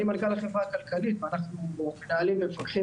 אני מנכ"ל החברה הכלכלית ואנחנו מנהלים ומפקחים